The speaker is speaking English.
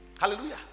hallelujah